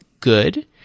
good